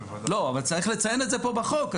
צריך לציין את זה פה בחוק.